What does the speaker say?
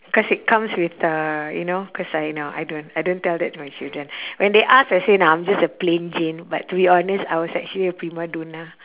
cause it comes with uh you know cause I no I don't I don't tell that to my children when they ask I say nah I'm just a plain jane but to be honest I was actually a prima donna